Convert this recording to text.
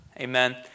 amen